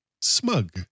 smug